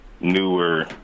newer